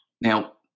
Now